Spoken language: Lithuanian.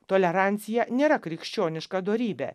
tolerancija nėra krikščioniška dorybė